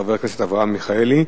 של חבר הכנסת אברהם מיכאלי,